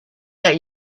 that